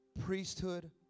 priesthood